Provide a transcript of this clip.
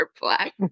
black